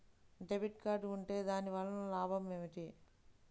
Debit card ఉంటే దాని వలన లాభం ఏమిటీ?